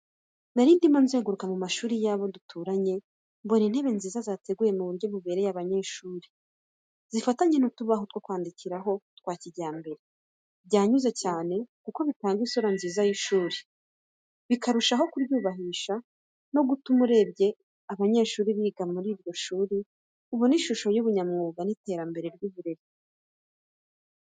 Narimo nzenguruka mu mashuri y’aho duturanye, mbona intebe nziza zateguwe mu buryo bubereye abanyeshuri, zifatanye n’utubaho two kwandikiraho twa kijyambere. Byanyuze cyane kuko bitanga isura nziza y’ishuri, bikarushaho kuryubahisha no gutuma n’urebye abanyeshuri bicaye biga muri iryo shuri abona ishusho y’ubunyamwuga n’itamenwa ry’uburere.